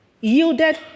yielded